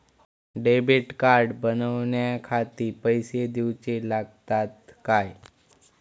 Debit card बनवण्याखाती पैसे दिऊचे लागतात काय?